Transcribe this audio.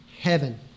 heaven